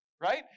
right